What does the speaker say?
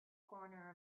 corner